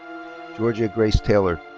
georgia grace taylor.